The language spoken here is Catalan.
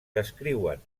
descriuen